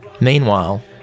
Meanwhile